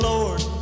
Lord